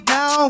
Now